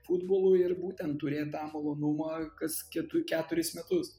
futbolu ir būtent turėt tą malonumą kas ketu keturis metus